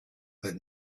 but